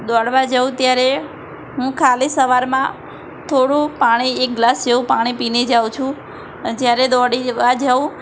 દોડવા જાઉં ત્યારે હું ખાલી સવારમાં થોડું પાણી એક ગ્લાસ જેવું પાણી પીને જાઉં છું જ્યારે દોડવા જાઉં